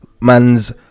man's